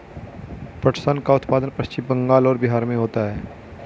पटसन का उत्पादन पश्चिम बंगाल और बिहार में होता है